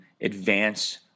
advance